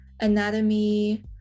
anatomy